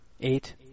Eight